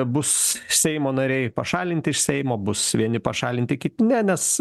bus seimo nariai pašalinti iš seimo bus vieni pašalinti kiti ne nes